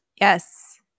Yes